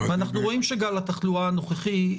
אנחנו רואים שגל התחלואה הנוכחי,